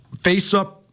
face-up